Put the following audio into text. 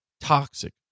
toxic